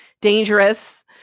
dangerous